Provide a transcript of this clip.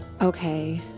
Okay